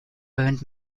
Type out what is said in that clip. burnt